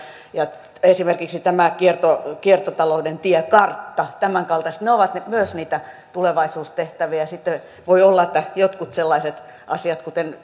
ja esimerkiksi tämä kiertotalouden kiertotalouden tiekartta tämänkaltaiset ovat myös niitä tulevaisuustehtäviä ja sitten voi olla että jotkut sellaiset asiat kuten